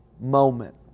moment